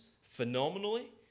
phenomenally